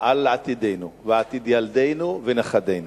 על עתידנו ועתיד ילדינו ונכדינו.